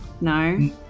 no